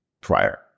prior